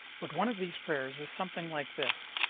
but one of these prayers is something like this